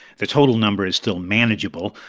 the total number is still manageable.